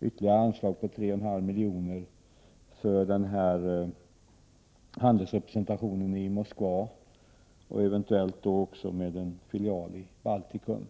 ytterligare anslag på 3,5 milj.kr. för handelsrepresentationen i Moskva, eventuellt också med en filial i Baltikum.